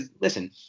listen